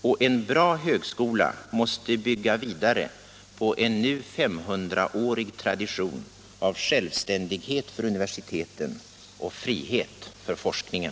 Och en bra högskola måste bygga vidare på en nu femhundraårig tradition av självständighet för universiteten och frihet för forskningen.